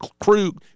crew